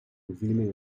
revealing